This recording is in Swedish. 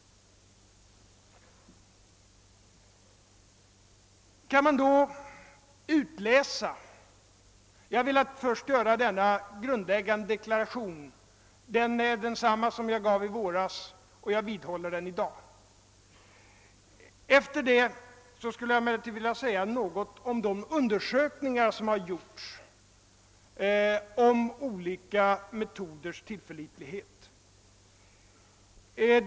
Jag har först velat göra denna grundläggande deklaration. Det är densamma som jag avgav i våras, och jag vidhåller den i dag. Härefter vill jag emellertid säga några ord om de undersökningar som utförts rörande olika metoders tillförlitlighet.